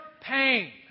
pain